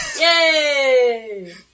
Yay